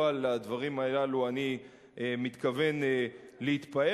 לא על הדברים הללו אני מתכוון להתפאר,